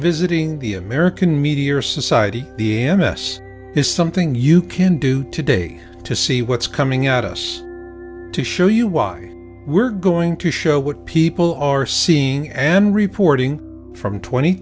visiting the american media or society the n s is something you can do today to see what's coming at us to show you why we're going to show what people are seeing and reporting from tw